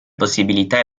possibilità